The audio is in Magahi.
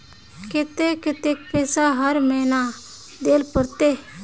केते कतेक पैसा हर महीना देल पड़ते?